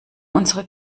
unsere